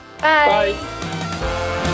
bye